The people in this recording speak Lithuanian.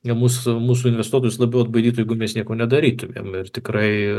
ne mūs mūsų investuotojus labiau atbaidytų jeigu mes nieko nedarytumėm ir tikrai